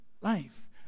life